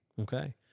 Okay